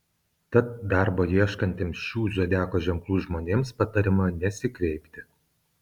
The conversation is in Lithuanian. tad darbo ieškantiems šių zodiako ženklų žmonėms patariama nesikreipti